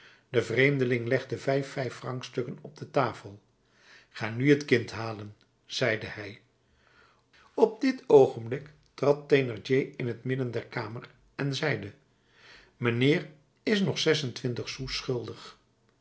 de vreemdeling legde vijf vijffrancstukken op de tafel ga nu het kind halen zeide hij op dit oogenblik trad thénardier in t midden der kamer en zeide mijnheer is nog zes-en-twintig sous schuldig